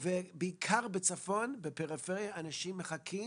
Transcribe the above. ובעיקר בצפון בפריפריה אנשים מחכים